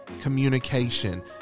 communication